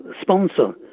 sponsor